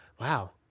Wow